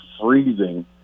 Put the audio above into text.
freezing